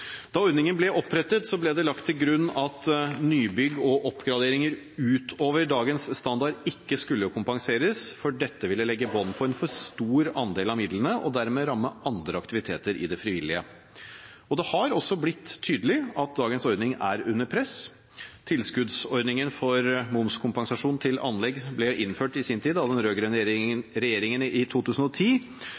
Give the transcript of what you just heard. Da ordningen ble opprettet, ble det 1agt til grunn at nybygg og oppgraderinger utover dagens standard ikke skulle kompenseres, for dette ville legge bånd på en for stor andel av midlene og dermed ramme andre aktiviteter i det frivillige. Det har også blitt tydelig at dagens ordning er under press. Tilskuddsordningen for momskompensasjon til anlegg ble innført i sin tid av den rød-grønne regjeringen i 2010,